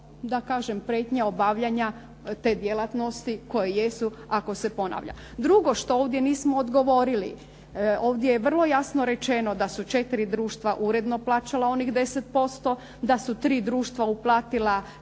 da kažem prijetnje obavljanja te djelatnosti koje jesu ako se ponavlja. Drugo što ovdje nismo odgovorili. Ovdje je vrlo jasno rečeno da su 4 društva uredno plaćala onih 10%, da su tri društva uplatila samo